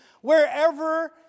wherever